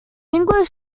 english